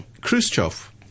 Khrushchev